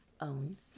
own